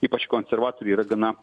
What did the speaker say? ypač konservatorių yra gana